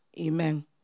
Amen